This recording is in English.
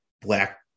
black